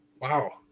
Wow